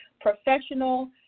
professional